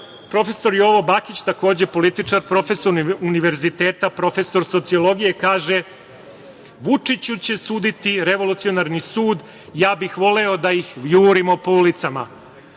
vatri".Profesor Jovo Bakić, takođe političar, profesor univerziteta, profesor sociologije kaže: "Vučiću će suditi revolucionarni sud. Ja bih voleo da ih jurimo po ulicama".